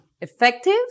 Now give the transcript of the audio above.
effective